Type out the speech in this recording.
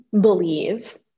believe